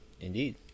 indeed